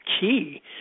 key